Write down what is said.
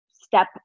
step